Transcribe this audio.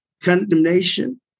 condemnation